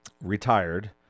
retired